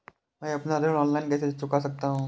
मैं अपना ऋण ऑनलाइन कैसे चुका सकता हूँ?